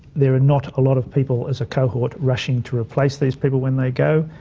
there are not a lot of people as a cohort rushing to replace these people when they go.